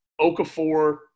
Okafor